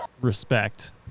Respect